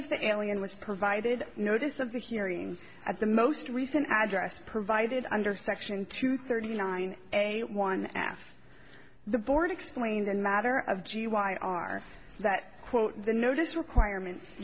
if the alien was provided notice of the hearing at the most recent address provided under section two thirty nine a one half the board explained in matter of g y r that quote the notice requirements